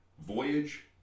Voyage